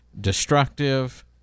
destructive